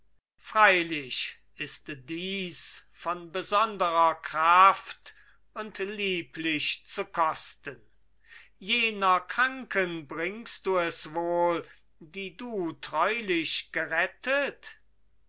freilich ist dies von besonderer kraft und lieblich zu kosten jener kranken bringst du es wohl die du treulich gerettet